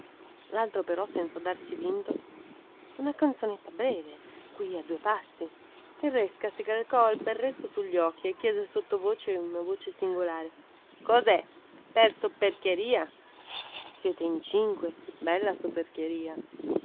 laltro però senza darsi vinto una canzonetta breve qui a due passi il resca si calcò il berretto sugli occhi e chiese sottovoce una voce singolare cosè per soperchieria siete in cinque bella